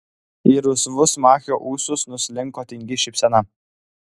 į rusvus machio ūsus nuslinko tingi šypsena